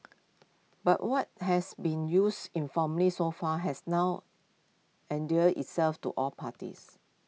but what has been used informally so far has now endeared itself to all parties